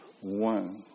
one